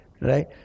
Right